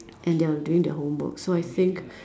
and they are doing their homework so I think